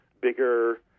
bigger